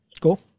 Cool